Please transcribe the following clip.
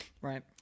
Right